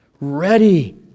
ready